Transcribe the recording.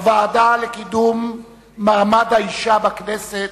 הוועדה לקידום מעמד האשה בכנסת